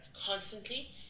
constantly